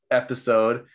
episode